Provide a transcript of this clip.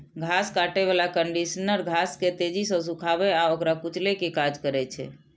घास काटै बला कंडीशनर घास के तेजी सं सुखाबै आ ओकरा कुचलै के काज करै छै